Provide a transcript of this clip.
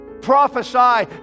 prophesy